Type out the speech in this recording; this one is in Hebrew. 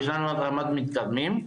יש לנו רמת מתקדמים,